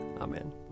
Amen